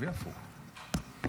human או human being.